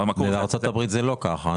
בארצות הברית זה לא כך.